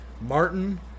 Martin